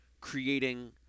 creating